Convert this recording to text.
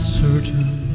certain